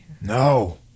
No